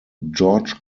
george